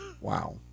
Wow